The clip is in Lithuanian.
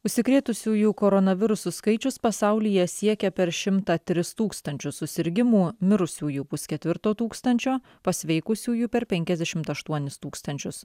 užsikrėtusiųjų koronavirusu skaičius pasaulyje siekia per šimtą tris tūkstančius susirgimų mirusiųjų pusketvirto tūkstančio pasveikusiųjų per penkiasdešimt aštuonis tūkstančius